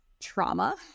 trauma